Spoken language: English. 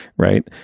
right.